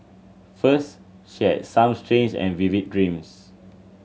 first she had some strange and vivid dreams